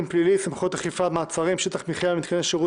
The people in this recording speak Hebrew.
הפלילי (סמכויות אכיפה - מעצרים) (שטח מחיה במיתקני שירות